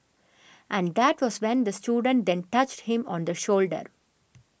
and that was when the student then touched him on the shoulder